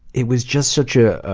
it was just such a